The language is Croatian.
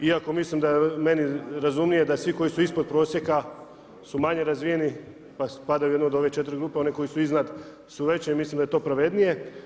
Iako mislim da je meni razumije, da svi koji su ispod prosjeka su manje razvijeni, pa spadaju od ove 4 grupe, oni koji su iznad su veći i mislim da je to pravednije.